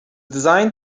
designed